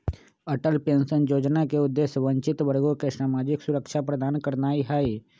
Atal pension जोजना के उद्देश्य वंचित वर्गों के सामाजिक सुरक्षा प्रदान करनाइ हइ